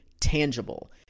tangible—